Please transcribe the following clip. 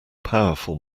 powerful